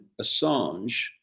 Assange